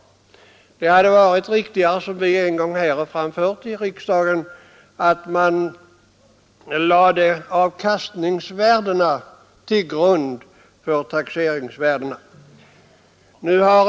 Det hade varit riktigare, som vi en gång föreslagit i riksdagen, att lägga avkastningsvärdena till grund för taxeringsvärdena.